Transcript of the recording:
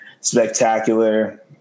spectacular